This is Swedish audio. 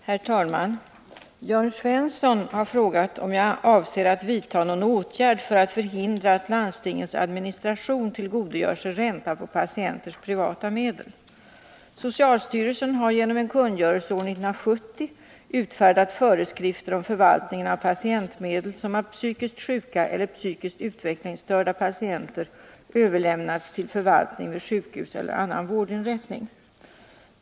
Herr talman! Jörn Svensson har frågat om jag avser att vidta någon åtgärd för att förhindra att landstingens administration tillgodogör sig ränta på patienters privata medel. Socialstyrelsen har genom en kungörelse år 1970 utfärdat föreskrifter om förvaltningen av patientmedel som av psykiskt sjuka eller psykiskt utvecklingsstörda patienter överlämnats till förvaltning vid sjukhus eller annan vårdinrättning.